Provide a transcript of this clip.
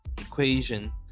equation